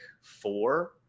four